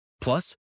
Plus